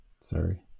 Sorry